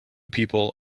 people